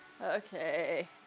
Okay